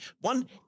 one